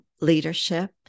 leadership